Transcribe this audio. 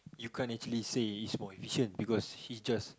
you can't actually say he's more efficient because he's just